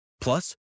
Plus